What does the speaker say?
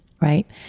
right